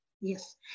yes